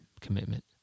commitment